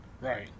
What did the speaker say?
Right